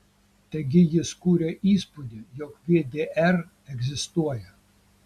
taigi jis kuria įspūdį jog vdr egzistuoja